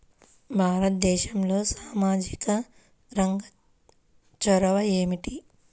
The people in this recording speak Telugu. భారతదేశంలో సామాజిక రంగ చొరవ ఏమిటి?